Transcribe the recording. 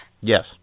Yes